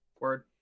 Word